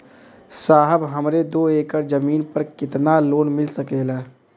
साहब हमरे दो एकड़ जमीन पर कितनालोन मिल सकेला?